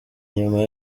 nyuma